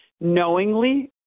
knowingly